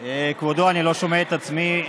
כבודו, אני לא שומע את עצמי.